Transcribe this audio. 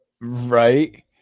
Right